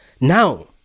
Now